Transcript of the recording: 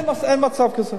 אין מצב כזה,